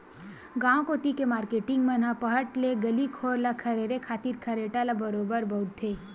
गांव कोती के मारकेटिंग मन ह पहट ले गली घोर ल खरेरे खातिर खरेटा ल बरोबर बउरथे